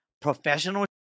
professional